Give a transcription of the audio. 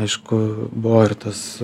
aišku buvo ir tas